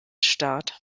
start